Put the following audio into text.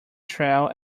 trail